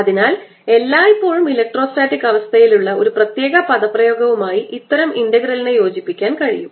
അതിനാൽ എല്ലായ്പ്പോഴും ഇലക്ട്രോസ്റ്റാറ്റിക് അവസ്ഥയിൽ ഉള്ള ഒരു പ്രത്യേക പദപ്രയോഗവുമായി ഇത്തരം ഇന്റഗ്രലിനെ യോജിപ്പിക്കാൻ കഴിയും